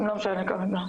לא משנה כרגע.